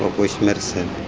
bush medicine,